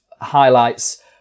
highlights